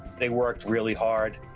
they worked really hard,